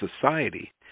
society